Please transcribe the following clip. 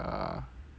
ya